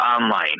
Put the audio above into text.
online